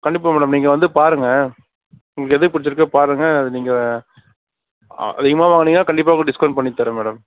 கண்டிப்பாக மேடம் நீங்கள் வந்து பாருங்கள் உங்களுக்கு எது பிடுச்சிருக்கோ பாருங்கள் அது நீங்கள் அதிகமாக வாங்கினிங்கன்னா கண்டிப்பாக டிஸ்கவுண்ட் பண்ணி தரேன் மேடம்